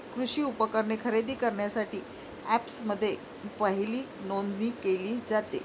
कृषी उपकरणे खरेदी करण्यासाठी अँपप्समध्ये पहिली नोंदणी केली जाते